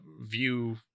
view